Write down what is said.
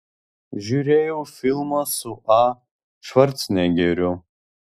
žiūrėjau filmą su a švarcnegeriu